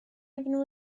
even